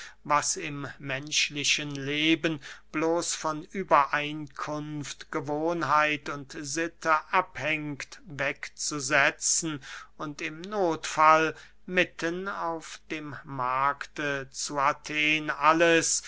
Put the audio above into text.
was im menschlichen leben bloß von übereinkunft gewohnheit und sitte abhängt wegzusetzen und im nothfall mitten auf dem markte zu athen alles